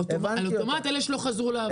על אוטומט אלה שלא חזרו לעבוד.